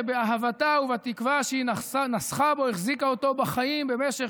שבאהבתה ובתקווה שהיא נסכה בו החזיקה אותו בחיים במשך